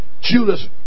Judas